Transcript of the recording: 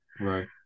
Right